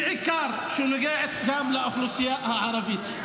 שנוגעות בעיקר לאוכלוסייה הערבית.